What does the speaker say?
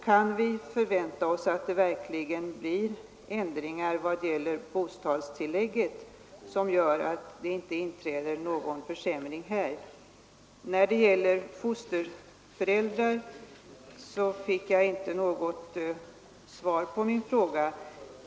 Kan vi förvänta oss att det verkligen blir ändringar vad gäller bostadstillägget som gör att det inte inträder någon försämring här? När det gäller fosterföräldrar fick jag inte något svar på min fråga.